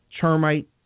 termite